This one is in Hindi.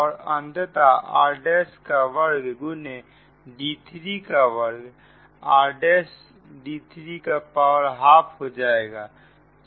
और अंततः r' का वर्ग गुने d3 का वर्ग r' d3 का पावर हाफ हो जाएगा